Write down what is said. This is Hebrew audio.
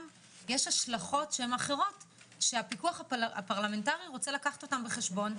יש השלכות אחרות שהפיקוח הפרלמנטרי רוצה לקחת אותם בחשבון,